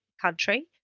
country